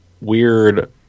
weird